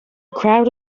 crowd